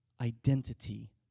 identity